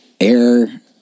air